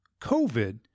COVID